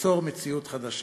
ליצור מציאות חדשה".